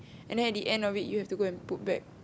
and then at the end of it you have to go and put back